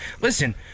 listen